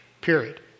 period